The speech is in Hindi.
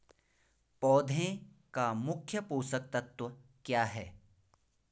पौधें का मुख्य पोषक तत्व क्या है?